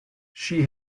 she